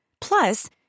Plus